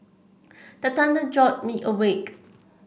the thunder jolt me awake